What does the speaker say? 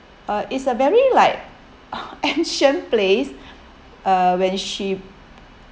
uh it's a very like uh ancient place uh when she